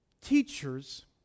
teachers